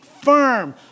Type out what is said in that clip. firm